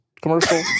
commercial